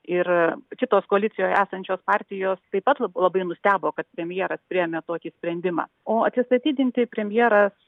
ir kitos koalicijoje esančios partijos taip pat labai nustebo kad premjeras priėmė tokį sprendimą o atsistatydinti premjeras